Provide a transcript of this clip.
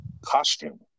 costume